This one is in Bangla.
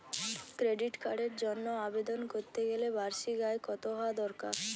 ক্রেডিট কার্ডের জন্য আবেদন করতে গেলে বার্ষিক আয় কত হওয়া দরকার?